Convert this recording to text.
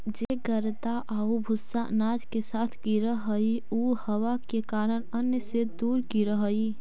जे गर्दा आउ भूसा अनाज के साथ गिरऽ हइ उ हवा के कारण अन्न से दूर गिरऽ हइ